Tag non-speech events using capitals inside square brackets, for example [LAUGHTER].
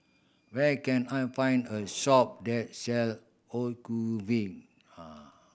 where can I find a shop that sell Ocuvite [HESITATION]